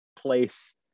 place